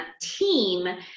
team